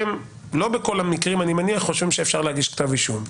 לא בכל המקרים אני מניח אתם חושבים שאפשר להגיש כתב אישום.